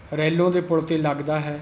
ਰੈਲੋਂ ਦੇ ਪੁਲ 'ਤੇ ਲੱਗਦਾ ਹੈ